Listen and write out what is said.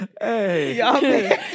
Hey